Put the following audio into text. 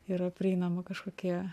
yra prieinama kažkokie